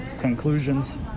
conclusions